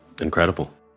incredible